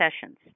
sessions